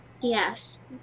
yes